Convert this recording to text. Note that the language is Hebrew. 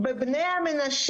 בבקשה יאנה.